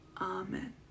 Amen